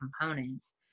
components